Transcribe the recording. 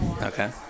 Okay